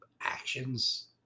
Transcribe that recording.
actions